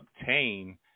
Obtain